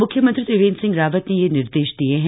मुख्यमंत्री त्रिवेन्द्र सिंह रावत ने यह निर्देश दिये हैं